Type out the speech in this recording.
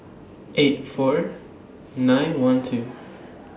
eight four nine one two